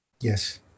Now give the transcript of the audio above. Yes